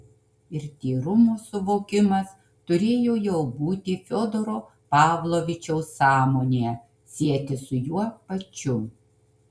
ir tyrumo suvokimas turėjo jau būti fiodoro pavlovičiaus sąmonėje sietis su juo pačiu